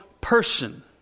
person